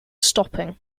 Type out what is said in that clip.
stopping